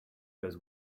goes